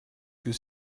que